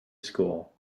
school